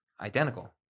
identical